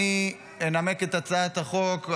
אני אנמק את הצעת החוק.